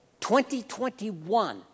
2021